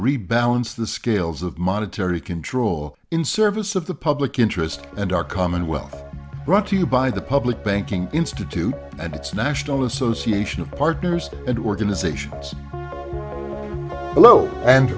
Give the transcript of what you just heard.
rebalance the scales of monetary control in service of the public interest and our common wealth brought to you by the public banking institute and its national association of partners and organizations below and